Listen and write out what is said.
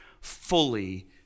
fully